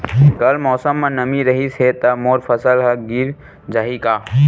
कल मौसम म नमी रहिस हे त मोर फसल ह गिर जाही का?